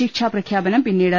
ശിക്ഷാ പ്രഖ്യാപനം പിന്നീട്